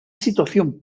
situación